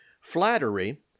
Flattery